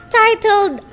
titled